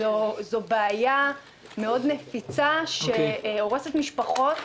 זו בעיה נפיצה מאוד שהורסת משפחות.